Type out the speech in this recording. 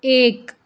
ایک